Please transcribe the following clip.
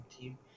team